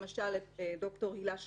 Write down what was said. למשל, ד"ר הילה שמיר,